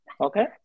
Okay